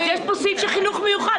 יש פה סעיף של חינוך מיוחד.